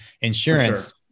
insurance